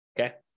Okay